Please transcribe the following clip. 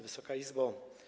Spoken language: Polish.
Wysoka Izbo!